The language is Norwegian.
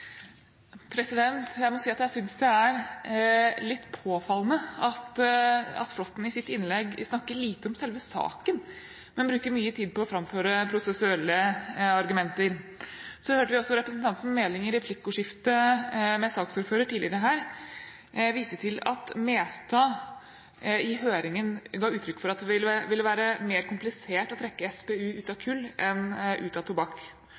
Jeg synes det er litt påfallende at Flåtten i sitt innlegg snakker lite om selve saken, men bruker mye tid på å framføre prosessuelle argumenter. Vi hørte også representanten Meling i replikkordskiftet med saksordføreren tidligere i dag vise til at Mestad i høringen ga uttrykk for at det ville være mer komplisert å trekke SPU ut av kull enn tobakk.